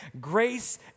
Grace